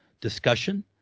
discussion